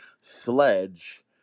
Sledge